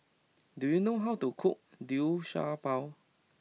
do you know how to cook Liu Sha Bao